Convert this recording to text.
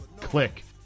click